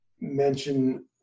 mention